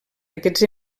aquests